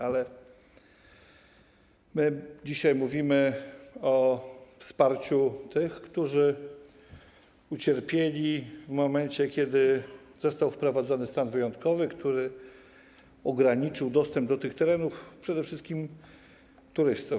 Ale my dzisiaj mówimy o wsparciu tych, którzy ucierpieli w momencie, kiedy został wprowadzony stan wyjątkowy, który ograniczył dostęp do tych terenów przede wszystkim turystom.